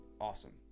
awesome